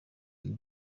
king